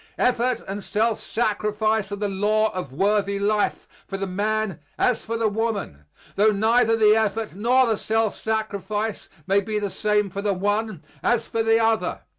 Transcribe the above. effort and self-sacrifice are the law of worthy life for the man as for the woman tho neither the effort nor the self-sacrifice may be the same for the one as for the other.